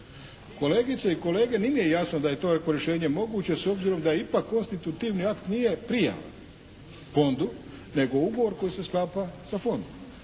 Kolegice i kolege, nije mi jasno da takvo rješenje moguće s obzirom da ipak konstitutivni akt nije prijava fondu nego ugovor koji se sklapa sa fondom.